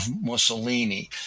Mussolini